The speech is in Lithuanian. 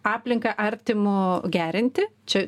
aplinka artimų gerinti čia